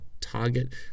target